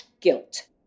guilt